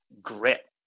grit